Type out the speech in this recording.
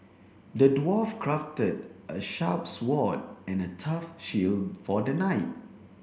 the dwarf crafted a sharp sword and a tough shield for the knight